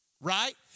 right